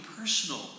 personal